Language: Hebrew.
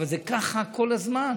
אבל ככה זה כל הזמן.